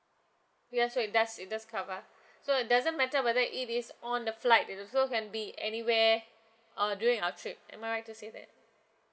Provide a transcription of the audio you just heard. ya so it does it does cover so it doesn't matter whether it is on the flight it's also can be anywhere uh during our trip am I right to say that